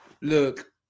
look